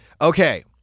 Okay